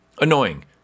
Annoying